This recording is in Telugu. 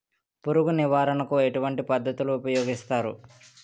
పురుగు నివారణ కు ఎటువంటి పద్ధతులు ఊపయోగిస్తారు?